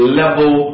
level